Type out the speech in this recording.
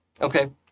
Okay